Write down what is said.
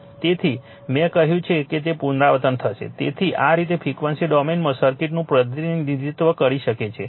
તેથી મેં કહ્યું છે કે તે પુનરાવર્તિત થશે તેથી આ રીતે ફ્રિક્વન્સી ડોમેનમાં સર્કિટનું પ્રતિનિધિત્વ કરી શકે છે